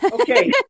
okay